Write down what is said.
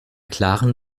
klaren